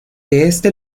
este